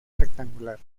rectangular